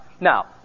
Now